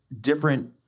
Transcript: different